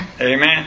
Amen